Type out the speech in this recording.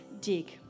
dig